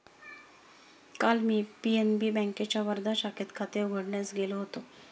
काल मी पी.एन.बी बँकेच्या वर्धा शाखेत खाते उघडण्यास गेलो होतो